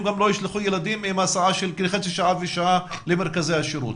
גם לא ישלחו ילדים עם הסעה של חצי שעה ושעה למרכזי השירות.